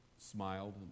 Smiled